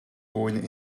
going